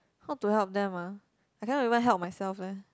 how to help them ah I cannot even help myself leh